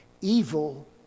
evil